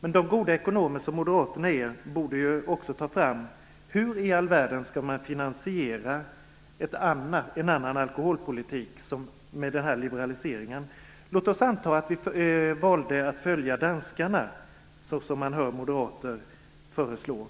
Men de goda ekonomer som moderaterna är borde de också ta fram hur man skall finansiera en alkoholpolitik med denna typ av liberalisering. Låt oss anta att vi valde att följa danskarna, såsom man hör moderater föreslå,